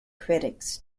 critics